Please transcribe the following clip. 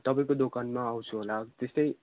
तपाईँको दोकानमा आउँछु होला त्यस्तै